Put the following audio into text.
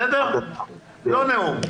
לא נאום.